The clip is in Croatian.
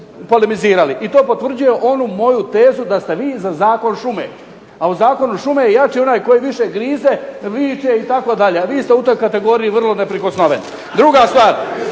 I to potvrđuje onu moju tezu da ste vi za zakon šume, a u zakonu šume je jači onaj koji više grize, viče itd., a vi ste u toj kategoriji vrlo neprikosnoven. Druga stvar,